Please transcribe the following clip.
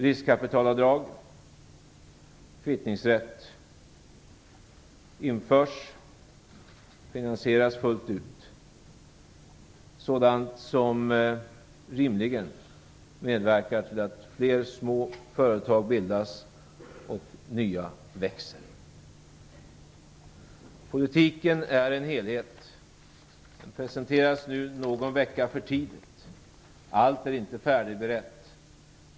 Riskkapitalavdrag och kvittningsrätt införs samt finansieras fullt ut. Det är sådant som rimligen medverkar till att fler små företag bildas och nya företag växer. Politiken är en helhet. Den presenteras nu någon vecka för tidigt. Allt är inte färdigberett.